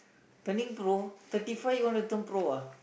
turning pro thirty five you want to turn pro ah